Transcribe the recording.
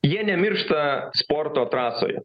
jie nemiršta sporto trasoje